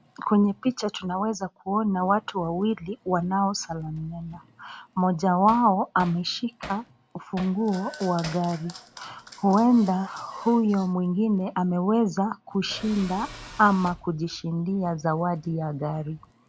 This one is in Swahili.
Kwenye picha tunaweza kuona watu wawili wanaosalamiana. Mmoja wao ameshika ufunguo wa gari. Huenda huyo mwingine ameweza kushinda ama kujishindia zawadi ya gari.